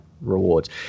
rewards